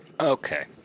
Okay